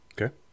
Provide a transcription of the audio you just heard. Okay